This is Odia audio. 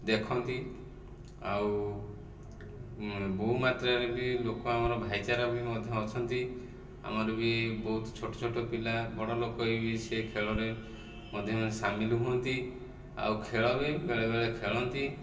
ଦେଖନ୍ତି ଆଉ ବହୁମାତ୍ରାରେ ବି ଲୋକ ଆମର ଭାଇଚାରା ବି ମଧ୍ୟ ଅଛନ୍ତି ଆମର ବି ବହୁତ ଛୋଟ ଛୋଟ ପିଲା ବଡ଼ ଲୋକ ବି ସେହି ଖେଳରେ ମଧ୍ୟ ସାମିଲ ହୁଅନ୍ତି ଆଉ ଖେଳ ବି ବେଳେବେଳେ ଖେଳନ୍ତି